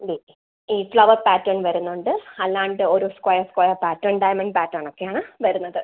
ഈ flower pattern വരുന്നുണ്ട് അല്ലാണ്ട് ഒരു square square pattern diamond pattern ഒക്കെയാണ് വരുന്നത്